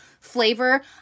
flavor